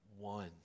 one